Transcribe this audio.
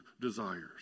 desires